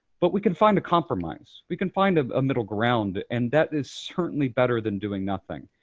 but we can find a compromise. we can find a a middle ground, and that is certainly better than doing nothing.